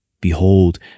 Behold